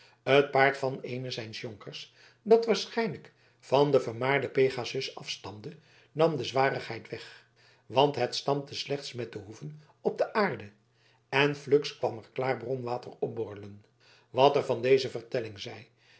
het paard van een zijner jonkers dat waarschijnlijk van den vermaarden pegasus afstamde nam de zwarigheid weg want het stampte slechts met de voeten op de aarde en fluks kwam er klaar bronwater opborrelen wat er van deze vertelling